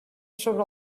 sobre